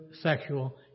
sexual